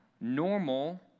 normal